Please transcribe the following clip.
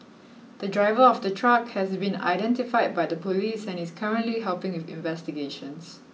the driver of the truck has been identified by the police and is currently helping with investigations